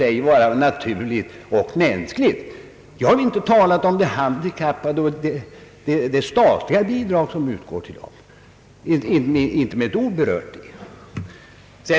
Det var vad jag sade, men jag har inte med ett ord berört det statliga bidrag som utgår till de handikappade.